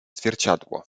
zwierciadło